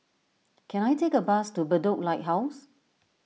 can I take a bus to Bedok Lighthouse